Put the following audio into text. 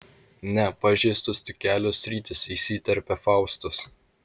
ne pažeistos tik kelios sritys įsiterpė faustas